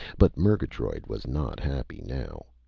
but murgatroyd was not happy now.